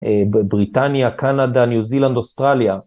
בריטניה, קנדה, ניו זילנד, אוסטרליה